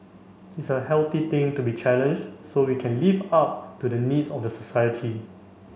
it's a healthy thing to be challenged so we can live up to the needs of the society